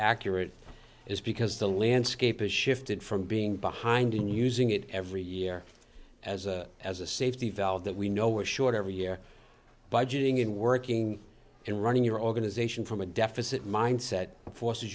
accurate is because the landscape has shifted from being behind in using it every year as a as a safety valve that we know we're short every year budgeting in working and running your organization from a deficit mindset that forces